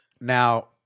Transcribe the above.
now